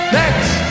next